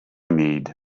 need